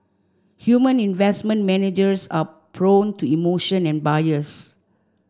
human investment managers are prone to emotion and bias